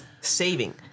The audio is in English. saving